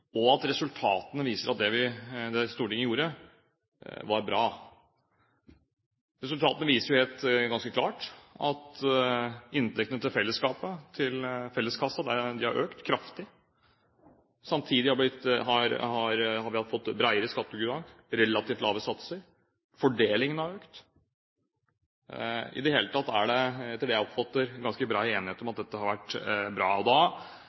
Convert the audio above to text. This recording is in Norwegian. og at resultatene viser at det Stortinget gjorde, var bra. Resultatene viser jo ganske klart at inntektene til fellesskapet – felleskassen – har økt kraftig. Samtidig har vi fått bredere skattegrunnlag, relativt lave satser, fordelingen har økt; i det hele tatt er det, etter det jeg oppfatter, ganske bred enighet om at dette har vært bra. Da